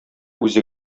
үзе